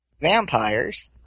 vampires